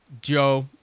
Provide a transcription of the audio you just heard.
Joe